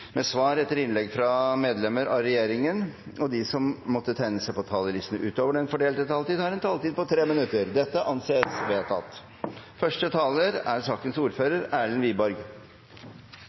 med svar etter innlegg fra medlemmer av regjeringen innenfor den fordelte taletid, og at de som måtte tegne seg på talerlisten utover den fordelte taletid, får en taletid på inntil 3 minutter. – Det anses vedtatt.